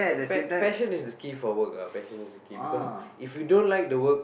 pa~ passion is the key for work ah passion is the key because if you don't like the work